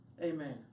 Amen